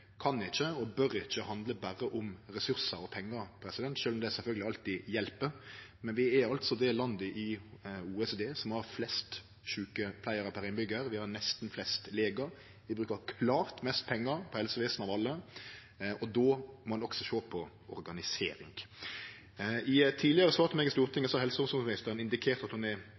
alltid hjelper. Vi er altså det landet i OECD som har flest sjukepleiarar per innbyggjar Vi har nesten flest legar. Vi bruker klart mest pengar på helsevesenet av alle. Då må ein også sjå på organisering. I eit tidlegare svar til meg i Stortinget har helse-